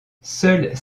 seuls